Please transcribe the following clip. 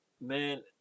man